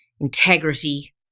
integrity